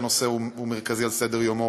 שזה נושא מרכזי על סדר-יומו,